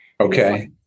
Okay